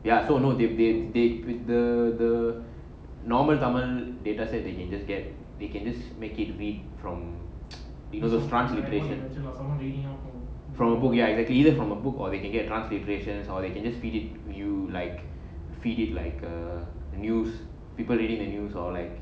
ya so no they they they the the normal tamil dataset they can just get they can just make it read from from a book ya exactly either from a book or they can get transcriptions or they can just read it you like feed it like a news people reading the news or like